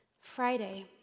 Friday